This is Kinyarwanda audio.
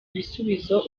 ibisubizo